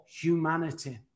humanity